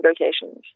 locations